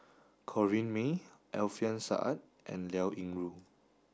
Corrinne May Alfian Sa'at and Liao Yingru